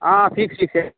अँ